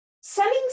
selling